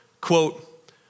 quote